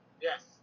Yes